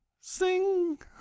sing